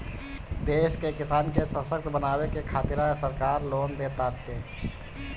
देश के किसान के ससक्त बनावे के खातिरा सरकार लोन देताटे